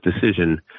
decision